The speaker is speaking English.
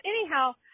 anyhow